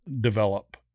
develop